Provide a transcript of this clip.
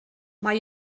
mae